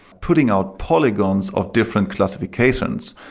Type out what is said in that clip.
putting out polygons of different classifications.